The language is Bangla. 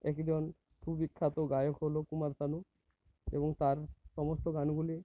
একজন সুবিখ্যাত গায়ক হলো কুমার শানু এবং তার সমস্ত গানগুলি